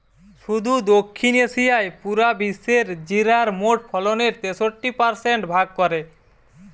শুধু দক্ষিণ এশিয়াই পুরা বিশ্বের জিরার মোট ফলনের তেষট্টি পারসেন্ট ভাগ করে